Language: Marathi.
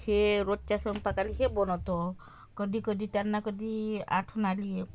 हे रोजच्या स्वयंपाकाला हे बनवतो कधी कधी त्यांना कधी आठवण आली